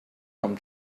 come